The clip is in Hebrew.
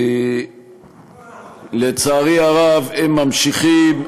ולצערי הרב, הם ממשיכים.